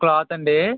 cloth అండి